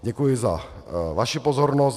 Děkuji za vaši pozornost.